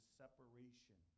separation